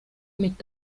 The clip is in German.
mit